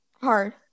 hard